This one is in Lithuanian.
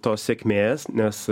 tos sėkmės nes